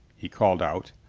he called out,